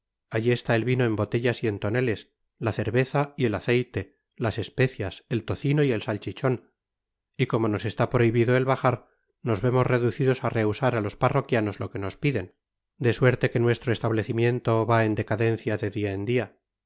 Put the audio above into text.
allí está el vino en botellas y en toneles la cerveza y el aceite las especias el tocino y el salchichon y como nos está prohibido el bajar nos vemos reducidos á rehusar á los parroquianos lo que nos piden de suerte que nuestro establecimiento va en decadencia de dia en dia